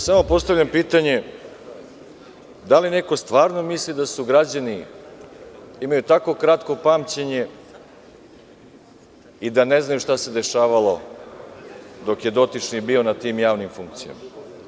Samo postavljam pitanje – da li neko stvarno misli da građani imaju tako kratko pamćenje i da ne znaju šta se dešavalo dok je dotični bio na tim javnim funkcijama?